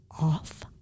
off